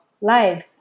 live